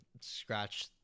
scratch –